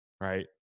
right